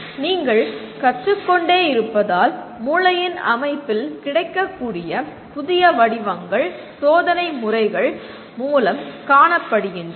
எனவே நீங்கள் கற்றுக் கொண்டே இருப்பதால் மூளையின் அமைப்பில் கிடைக்கக்கூடிய புதிய வடிவங்கள் சோதனை முறைகள் மூலம் காணப்படுகின்றன